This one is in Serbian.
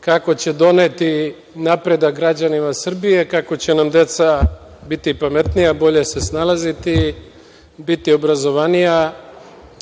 kako će doneti napredak građanima Srbije, kako će nam deca biti pametnija, bolje se snalaziti, biti obrazovanija,